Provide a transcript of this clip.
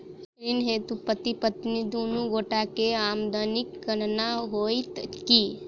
ऋण हेतु पति पत्नी दुनू गोटा केँ आमदनीक गणना होइत की?